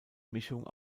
mischung